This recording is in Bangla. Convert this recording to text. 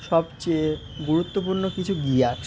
সবচেয়ে গুরুত্বপূর্ণ কিছু গিয়ার